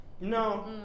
No